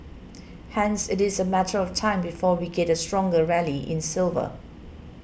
hence it is a matter of time before we get a stronger rally in silver